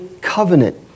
covenant